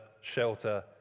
shelter